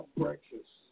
breakfast